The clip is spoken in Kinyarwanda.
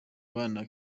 bana